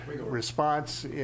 response